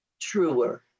truer